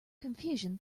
confusion